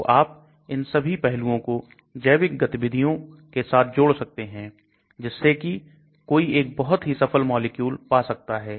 तो आप इन सभी पहलुओं को जैविक गतिविधियों के साथ जोड़ सकते हैं जिससे कि कोई एक बहुत ही सफल मॉलिक्यूल पा सकता है